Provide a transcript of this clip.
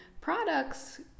Products